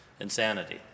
insanity